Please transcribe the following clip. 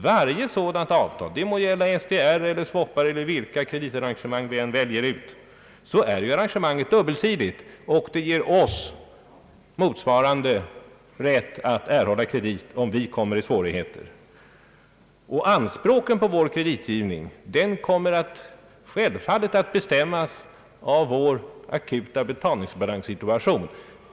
Varje sådant avtal — det må gälla SDR eller vilka kreditarrangemang vi än väljer ut — är dubbelsidigt och ger oss motsvarande rätt att erhålla kredit, om vi kommer i svårigheter. Anspråken på vår kreditgivning kommer självfallet att bestämmas av vår akuta betalningsbalanssituation.